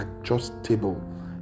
adjustable